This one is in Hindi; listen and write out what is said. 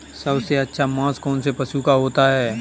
सबसे अच्छा मांस कौनसे पशु का होता है?